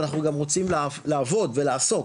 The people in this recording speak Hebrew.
ואנחנו גם רוצים לעבוד ולעסוק,